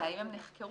והאם הם נחקרו.